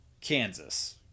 Kansas